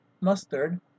mustard